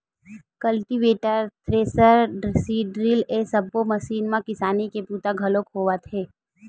cultivator, thresher, seed drill ए सब्बो machine म किसानी के बूता घलोक होवत हे